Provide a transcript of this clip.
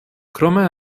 krome